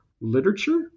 literature